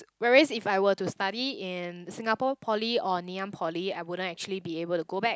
whereas if I were to study in Singapore-Poly or Ngee-Ann-Poly I wouldn't actually be able to go back